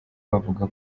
bavuga